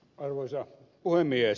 arvoisa puhemies